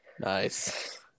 nice